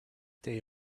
day